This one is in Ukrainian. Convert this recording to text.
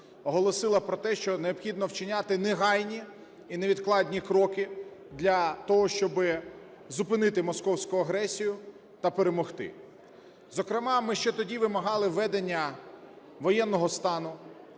оголосила про те, що необхідно вчиняти негайні і невідкладні кроки для того, щоб зупинити московську агресію та перемогти. Зокрема, ми ще тоді вимагали введення воєнного стану,